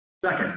Second